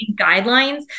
guidelines